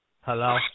Hello